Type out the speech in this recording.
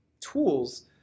tools